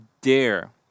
dare